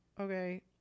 Okay